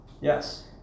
Yes